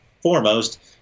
foremost